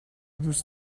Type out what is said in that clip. دوست